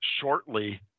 shortly